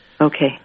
Okay